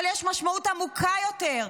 אבל יש משמעות עמוקה יותר,